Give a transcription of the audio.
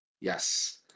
Yes